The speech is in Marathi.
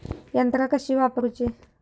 यंत्रा कशी वापरूची?